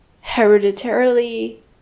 hereditarily